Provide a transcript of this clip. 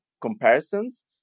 comparisons